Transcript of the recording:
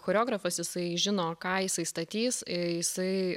choreografas jisai žino ką jisai statys jisai